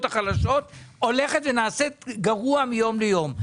החלשות הולכים ונעשים גרועים מיום ליום.